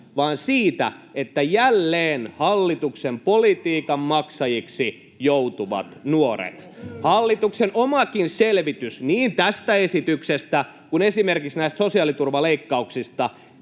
vaan siitä, että jälleen hallituksen politiikan maksajiksi joutuvat nuoret. Hallituksen omakin selvitys niin tästä esityksestä kuin esimerkiksi näistä sosiaaliturvaleikkauksista